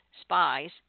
spies